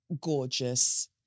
gorgeous